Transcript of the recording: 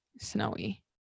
snowy